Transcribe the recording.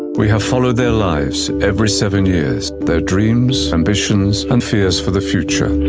we have followed their lives every seven years. their dreams, ambitions and fears for the future